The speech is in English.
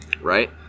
Right